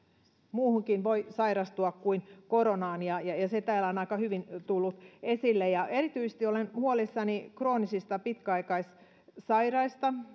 muuhunkin voi sairastua kuin koronaan ja ja se täällä on aika hyvin tullut esille erityisesti olen huolissani kroonisesti pitkäaikaissairaista